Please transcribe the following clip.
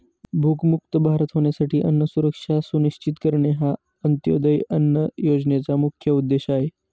भूकमुक्त भारत होण्यासाठी अन्न सुरक्षा सुनिश्चित करणे हा अंत्योदय अन्न योजनेचा मुख्य उद्देश आहे